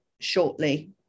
Shortly